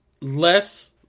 less